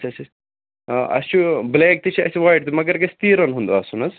اچھا اچھا آ اسہ چھ بلیک تہ چھُ اسہ وایٹ تہ مگر گَژھِ تیٖرَن ہُند آسُن حظ